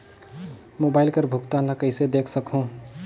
Mobile कर भुगतान ला कइसे देख सकहुं?